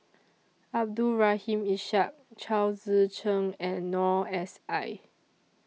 Abdul Rahim Ishak Chao Tzee Cheng and Noor S I